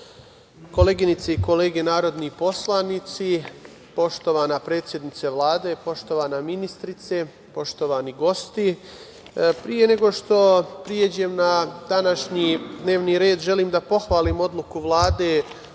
koleginice i kolege narodni poslanici, poštovana predsednice Vlade, poštovana ministrice, poštovani gosti, pre nego što pređem na današnji dnevni red, želim da pohvalim odluku Vlade